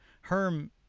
Herm